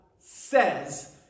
says